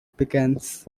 pickens